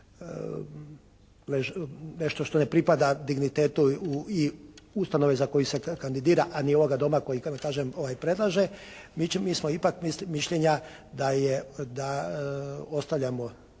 nešto što ne pripada dignitetu i ustanove za koju se kandidira, a ni ovoga Doma koji da tako kažem predlaže, mi ćemo, mi smo ipak mišljenja da ostavljamo